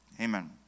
amen